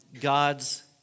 God's